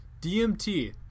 DMT